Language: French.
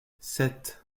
sept